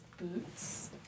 Boots